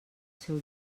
seu